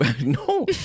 No